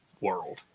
world